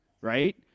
right